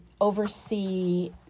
oversee